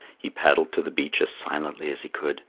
he paddled to the beach as silently as he could,